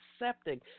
accepting